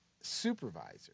supervisor